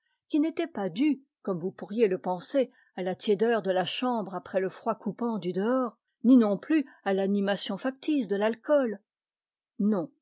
qui n'était pas due comme vous pourriez le penser à la tiédeur de la chambre après le froid coupant du dehors ni non plus à l'animation factice de l'alcool non